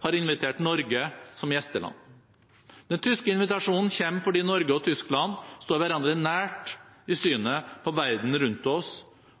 har invitert Norge som gjesteland. Den tyske invitasjonen kommer fordi Norge og Tyskland står hverandre nært i synet på verden rundt oss,